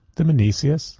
the mincius,